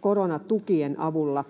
koronatukien avulla